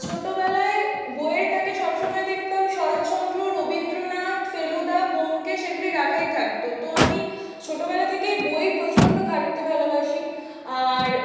ছোটবেলায় বইয়ের তাকে সব সময় দেখতাম শরৎচন্দ্র রবীন্দ্রনাথ ফেলুদা ব্যোমকেশ এগুলি রাখাই থাকতো তো আমি ছোটবেলা থেকেই বই প্রচণ্ড ঘাটতে ভালবাসি আর